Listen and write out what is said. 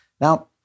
Now